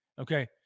okay